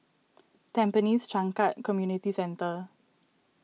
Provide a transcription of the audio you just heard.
Tampines Changkat Community Centre